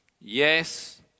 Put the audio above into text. yes